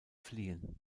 fliehen